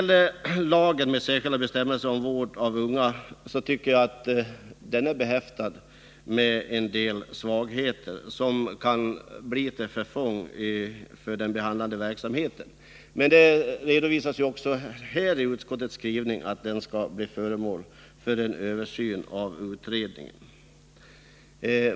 Lagen med särskilda bestämmelser om vård av unga tycker jag är behäftad med en del svagheter, som kan bli till förfång för behandlingsverksamheten. Men i utskottets skrivning redovisas att lagen skall bli föremål för en översyn av utredningen.